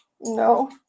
No